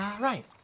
Right